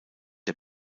der